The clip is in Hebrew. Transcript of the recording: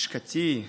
לשכתי,